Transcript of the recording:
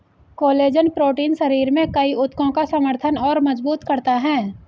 collagen protein शरीर में कई ऊतकों का समर्थन और मजबूत करता है